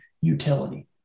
utility